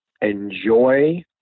enjoy